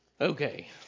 okay